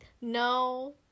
No